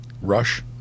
Rush